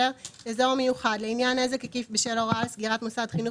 ""אזור מיוחד"- לעניין נזק עקיף בשל הוראה על סגירת מוסד חינוך